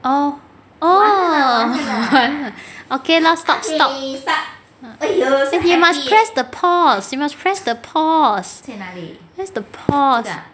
oh oh 完了 okay lor stop stop eh you must press the pause you must press the pause press the pause